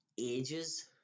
ages